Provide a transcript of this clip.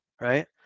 right